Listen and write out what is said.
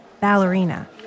ballerina